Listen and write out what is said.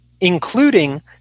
including